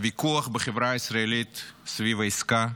הוויכוח בחברה הישראלית סביב העסקה,